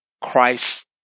Christ